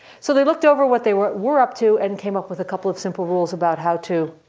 so they looked over what they were were up to and came up with a couple of simple rules about how to